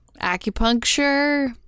acupuncture